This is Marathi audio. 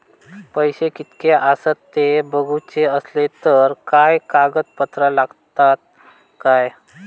पैशे कीतके आसत ते बघुचे असले तर काय कागद पत्रा लागतात काय?